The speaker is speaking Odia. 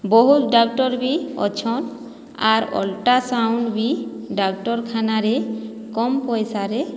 ବହୁତ ଡାକ୍ଟର ବି ଅଛନ୍ ଆର୍ ଅଲ୍ଟ୍ରାସାଉଣ୍ଡ ବି ଡାକ୍ଟରଖାନାରେ କମ୍ ପଇସାରେ